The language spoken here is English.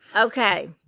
Okay